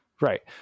Right